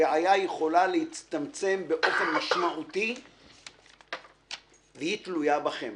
הבעיה יכולה להצטמצם באופן משמעותי והיא תלויה בכם.